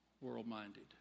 world-minded